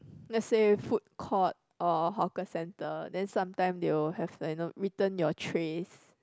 let's say food court or hawker centre then sometime they will have like you know return your trays